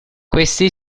questi